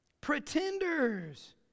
Pretenders